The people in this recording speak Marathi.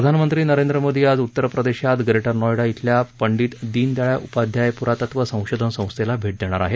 प्रधानमंत्री नरेंद्र मोदी आज उत्तर प्रदेशात ग्रेटर नॉयडा धिल्या पंडित दीनदयाळ उपाध्याय पुरातत्व संशोधन संस्थेला भेट देणार आहेत